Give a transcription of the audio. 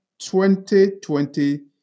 2020